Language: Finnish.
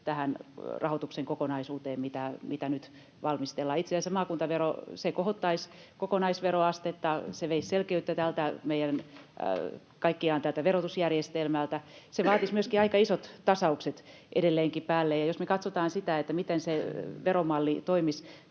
tähän rahoituksen kokonaisuuteen, mitä nyt valmistellaan. Itse asiassa maakuntavero kohottaisi kokonaisveroastetta, se veisi selkeyttä kaikkiaan tältä meidän verotusjärjestelmältä. Se vaatisi myöskin aika isot tasaukset edelleenkin päälle. Ja jos me katsotaan sitä, miten se veromalli toimisi